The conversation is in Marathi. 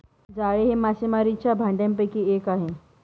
जाळे हे मासेमारीच्या भांडयापैकी एक आहे